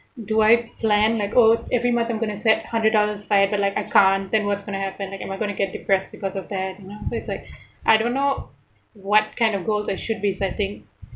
do I plan like oh every month I'm going to set hundred dollars aside like I can't then what's going to happen am I like going to get depressed because of that you know so it's like I don't know what kind of goals I should be setting